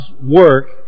work